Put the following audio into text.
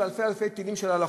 ואלפי-אלפי תלים של הלכות.